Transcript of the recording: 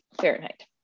Fahrenheit